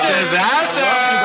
Disaster